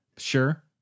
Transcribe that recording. sure